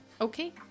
Okay